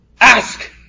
ask